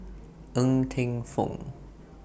Ng Teng Fong